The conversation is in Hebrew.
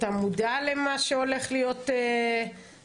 אתה מודע למה שהולך להיות בלוד?